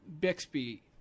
Bixby